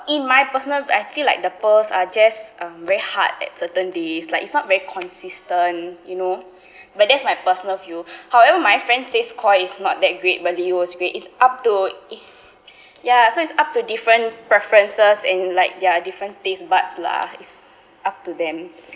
in my personal I feel like the pearls are just um very hard at certain days like it's not very consistent you know but that's my personal view however my friends says Koi is not that great but LiHO is great is up to ya so it's up to different preferences and like their different taste buds lah it's up to them